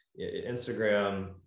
instagram